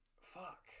Fuck